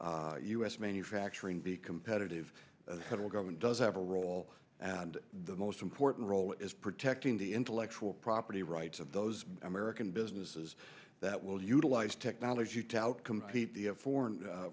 s manufacturing be competitive head of government does have a role and the most important role is protecting the intellectual property rights of those american businesses that will utilize technology to outcompete foreign